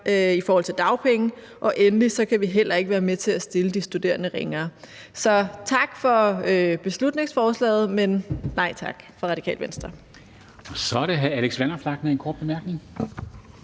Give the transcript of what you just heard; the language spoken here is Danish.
i forhold til dagpenge; og endelig kan vi heller ikke være med til at stille de studerende ringere. Så tak for beslutningsforslaget, men nej tak fra Radikale Venstre.